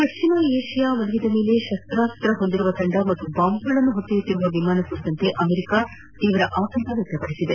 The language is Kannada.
ಪಶ್ಚಿಮ ಏಷ್ಯಾದ ಮೇಲೆ ಶಸ್ತಾಸ್ತ್ರ ಹೊಂದಿರುವ ತಂದ ಮತ್ತು ಬಾಂಬ್ಗಳನ್ನು ಹೊತ್ತೊಯ್ಯುತ್ತಿರುವ ವಿಮಾನ ಕುರಿತಂತೆ ಅಮೆರಿಕಾ ತೀವ್ರ ಆತಂಕ ವ್ಯಕ್ತಪದಿಸಿದೆ